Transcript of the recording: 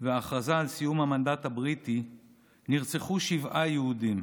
וההכרזה על סיום המנדט הבריטי נרצחו שבעה יהודים.